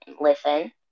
listen